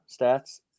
stats